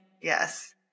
Yes